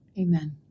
Amen